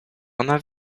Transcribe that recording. ona